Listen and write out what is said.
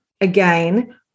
again